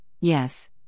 yes